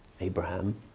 Abraham